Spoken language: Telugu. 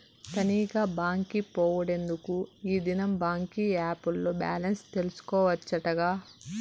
తనీగా బాంకి పోవుడెందుకూ, ఈ దినం బాంకీ ఏప్ ల్లో బాలెన్స్ తెల్సుకోవచ్చటగా